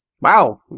Wow